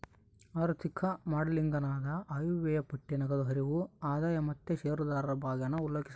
ಆಋಥಿಕ ಮಾಡೆಲಿಂಗನಾಗ ಆಯವ್ಯಯ ಪಟ್ಟಿ, ನಗದು ಹರಿವು, ಆದಾಯ ಮತ್ತೆ ಷೇರುದಾರರು ಭಾಗಾನ ಉಲ್ಲೇಖಿಸಬೇಕು